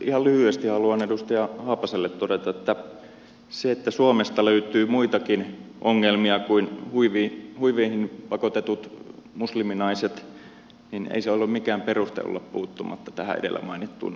ihan lyhyesti haluan edustaja haapaselle todeta että se että suomesta löytyy muitakin ongelmia kuin huiveihin pakotetut musliminaiset ei ole mikään peruste olla puuttumatta tähän edellä mainittuun ongelmaan